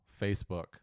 Facebook